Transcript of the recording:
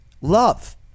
love